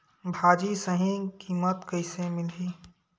भाजी सही कीमत कइसे मिलही?